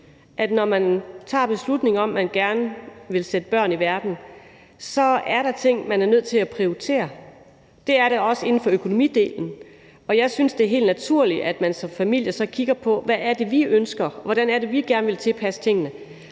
at når man tager beslutningen om, at man gerne vil sætte børn i verden, så er der ting, man er nødt til at prioritere. Det er der også inden for økonomidelen, og jeg synes, det er helt naturligt, at man som familie så kigger på, hvad det er, man ønsker, og hvordan det er, man vil tilpasse tingene.